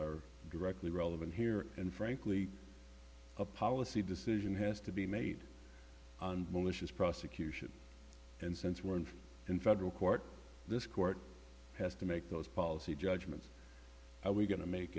are directly relevant here and frankly a policy decision has to be made malicious prosecution and since we're in in federal court this court has to make those policy judgments we're going to make